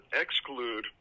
exclude